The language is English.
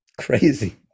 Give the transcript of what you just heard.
crazy